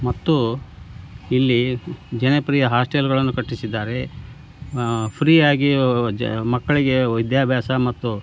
ಮತ್ತು ಇಲ್ಲಿ ಜನಪ್ರಿಯ ಹಾಸ್ಟೆಲ್ಗಳನ್ನು ಕಟ್ಟಿಸಿದ್ದಾರೆ ಫ್ರೀಯಾಗಿ ಜ ಮಕ್ಕಳಿಗೆ ವಿದ್ಯಾಭ್ಯಾಸ ಮತ್ತು